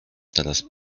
teraz